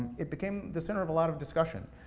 it became the center of a lot of discussion.